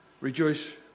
Rejoice